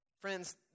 Friends